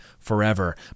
forever